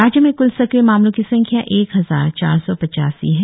राज्य में कुल सक्रिय मामलों की संख्या एक हजार चार सौ पचासी है